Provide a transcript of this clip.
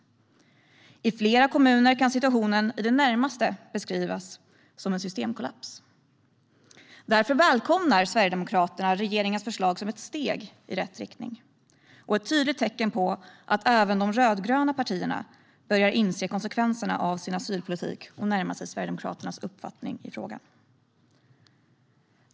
I flera kommuner kan situationen i det närmaste beskrivas som en systemkollaps. Därför välkomnar Sverigedemokraterna regeringens förslag som ett steg i rätt riktning och som ett tydligt tecken på att även de rödgröna partierna börjar inse konsekvenserna av sin asylpolitik och närma sig Sverigedemokraternas uppfattning i frågan.